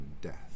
death